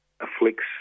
afflicts